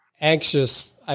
anxious